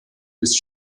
des